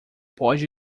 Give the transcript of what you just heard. pode